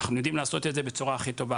אנחנו יודעים לעשות את זה בצורה הכי טובה,